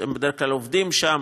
הם בדרך כלל עובדים שם,